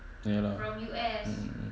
ya lah mm mm